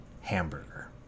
hamburger